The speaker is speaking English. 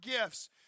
gifts